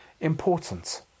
important